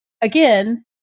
again